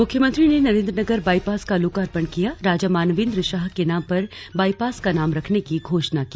मुख्यमंत्री ने नरेंद्रनगर बाईपास का लोकार्पण कियाराजा मानवेंद्र शाह के नाम पर बाईपास का नाम रखने की घोषणा की